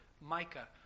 Micah